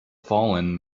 fallen